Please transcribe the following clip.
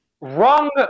Wrong